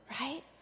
Right